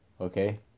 okay